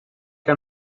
che